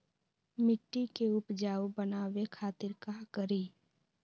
मिट्टी के उपजाऊ बनावे खातिर का करी?